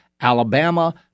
Alabama